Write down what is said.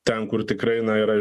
ten kur tikrai na yra